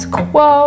quo